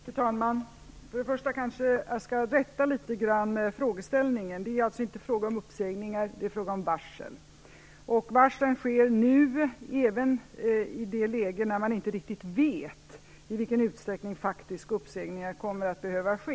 Fru talman! Först och främst kanske jag skall rätta frågeställningen litet grand. Det är alltså inte fråga om uppsägningar, det är fråga om varsel. Varslen sker nu i ett läge där man inte riktigt vet i vilken utsträckning uppsägningar faktiskt kommer att behöva ske.